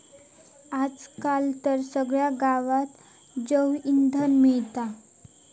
आज काल तर सगळ्या गावात जैवइंधन मिळता